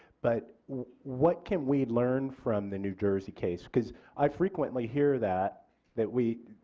but what can we learn from the new jersey case because i frequently hear that that we,